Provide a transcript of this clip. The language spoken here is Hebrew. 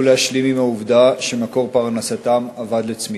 להשלים עם העובדה שמקור פרנסתם אבד לצמיתות.